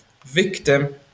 victim